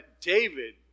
David